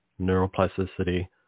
neuroplasticity